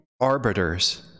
arbiters